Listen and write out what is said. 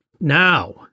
Now